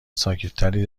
ساکتتری